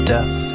Death